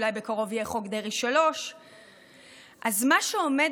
ואולי בקרוב יהיה חוק דרעי 3. מה שעומד